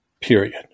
period